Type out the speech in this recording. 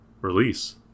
release